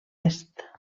est